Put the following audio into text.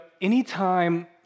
anytime